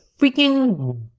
freaking